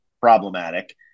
problematic